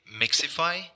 Mixify